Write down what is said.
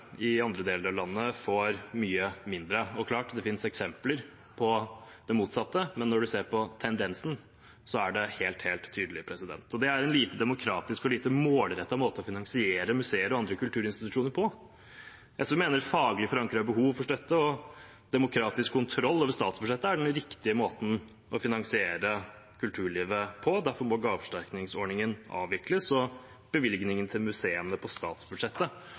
i andre deler av landet får mye mindre. Det er klart det finnes eksempler på det motsatte, men når man ser på tendensen, er den helt tydelig. Dette er en lite demokratisk og lite målrettet måte å finansiere museer og andre kulturinstitusjoner på. SV mener faglig forankrede behov for støtte og demokratisk kontroll over statsbudsjettet er den riktige måten å finansiere kulturlivet på. Derfor må gaveforsterkningsordningen avvikles, og bevilgningene til museene på statsbudsjettet